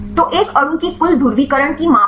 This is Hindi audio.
तो एक अणु की कुल ध्रुवीकरण की माप है